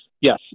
yes